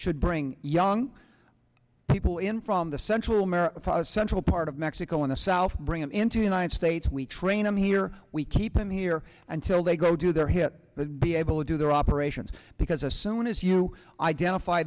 should bring young people in from the central america central part of mexico into south bring them into united states we train them here we keep them here until they go do their hit that be able to do their operations because as soon as you identify